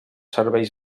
serveis